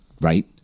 right